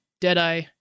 Deadeye